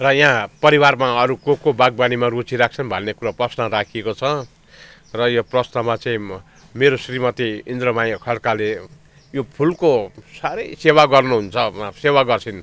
र यहाँ परिवारमा अरू को को बागवानीमा रुचि राख्छन् भन्ने कुरो प्रश्न राखिएको छ र यो प्रश्नमा चाहिँ म मेरो श्रीमती इन्द्रमाया खड्काले यो फुलको साह्रै सेवा गर्नु हुन्छ सेवा गर्छिन्